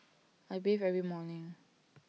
I bathe every morning